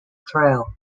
trail